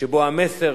שבו המסר